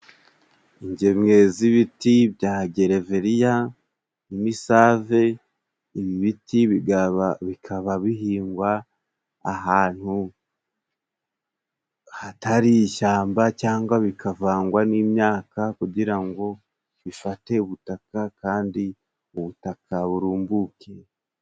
Ingemwe z'ibiti bya Gereveriya, imisave, Ibi biti bikaba bihingwa ahantu hatari ishyamba cyangwa bikavangwa n'imyaka kugira ngo bifate ubutaka kandi ubutaka burumbuke.